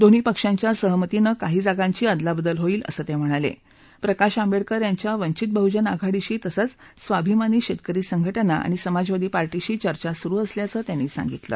दोन्ही पक्षांच्या सहमतीनं काही जागांची आदलाबदल होईल असं त िहणाल प्रकाश आंबेक्कर यांच्या वंचित बहुजन आघाडीशी तसंच स्वाभिमानी शक्किरी संघटना आणि समाजवादी पार्टीशी चर्चा सुरु असल्याचं त्यांनी सांगितलं